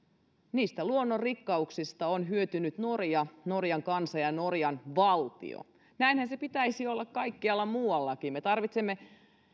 niistä luonnonrikkauksista on hyötynyt norja norjan kansa ja norjan valtio näinhän sen pitäisi olla kaikkialla muuallakin meidän tarvitsisi